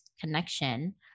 connection